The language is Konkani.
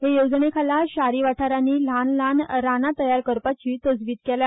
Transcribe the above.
हे येवजणेखाला शारी वाठारांनी ल्हान ल्हान रान तयार करपाची तजवीज केल्या